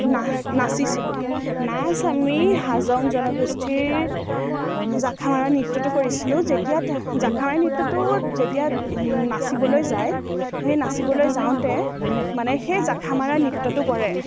না নাচিছিলোঁ নাচ আমি হাজং জনগোষ্ঠীৰ জাখাৰা নৃত্যটো কৰিছিলোঁ যেতিয়া জাখাৰা নৃত্যটোত যেতিয়া নাচিবলৈ যায় সেই নাচিবলৈ যাওঁতে মানে সেই জাখা মাৰা নৃত্যটো কৰে